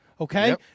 okay